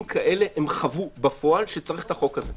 כאלה הם חוו בפועל שצריך את החוק הזה.